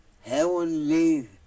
heavenly